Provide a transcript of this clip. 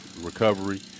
recovery